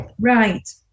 Right